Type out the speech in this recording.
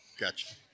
Gotcha